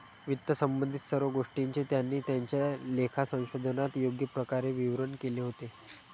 वित्तसंबंधित सर्व गोष्टींचे त्यांनी त्यांच्या लेखा संशोधनात योग्य प्रकारे विवरण केले होते